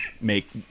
make